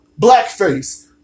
blackface